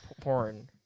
porn